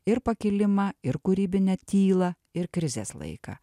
ir pakilimą ir kūrybinę tylą ir krizės laiką